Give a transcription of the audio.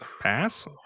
Pass